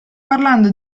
parlando